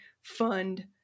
fund